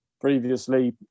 previously